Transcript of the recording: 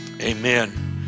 amen